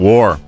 War